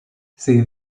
see